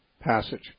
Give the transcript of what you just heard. passage